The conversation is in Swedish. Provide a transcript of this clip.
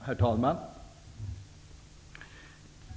Herr talman!